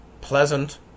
pleasant